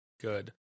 Good